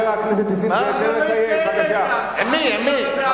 ואתה, עם הרוצחים.